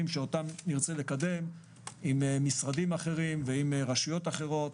שאותם נרצה לקדם עם משרדים אחרים ועם רשויות אחרות,